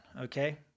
Okay